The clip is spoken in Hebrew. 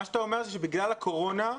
אתה אומר שבגלל הקורונה?